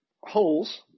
holes